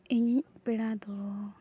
ᱤᱧᱤᱡ ᱯᱮᱲᱟᱫᱚ